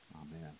Amen